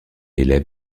élève